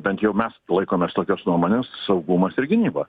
bent jau mes laikomės tokios nuomonės saugumas ir gynyba